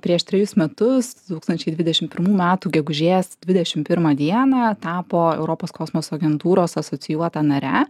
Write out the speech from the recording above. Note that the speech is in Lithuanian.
prieš trejus metus du tūkstančiai dvidešimt pirmų metų gegužės dvidešimt pirmą dieną tapo europos kosmoso agentūros asocijuota nare